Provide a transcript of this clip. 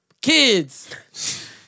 Kids